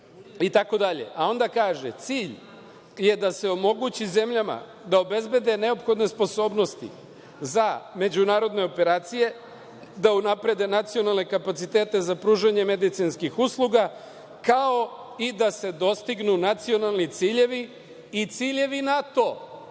itd. Dalje se kaže: „Cilj je da se omogući zemljama da obezbede neophodne sposobnosti za međunarodne operacije, da unaprede nacionalne kapacitete za pružanje medicinskih usluga, kao i da se dostignu nacionalni ciljevi i ciljevi NATO“.